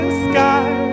sky